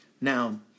Now